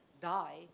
die